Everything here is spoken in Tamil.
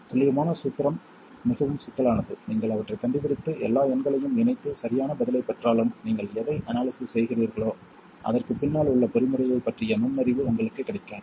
துல்லியமான சூத்திரம் மிகவும் சிக்கலானது நீங்கள் அவற்றைக் கண்டுபிடித்து எல்லா எண்களையும் இணைத்து சரியான பதிலைப் பெற்றாலும் நீங்கள் எதைப் அனாலிசிஸ் செய்கிறீர்களோ அதற்குப் பின்னால் உள்ள பொறிமுறையைப் பற்றிய நுண்ணறிவு உங்களுக்கு கிடைக்காது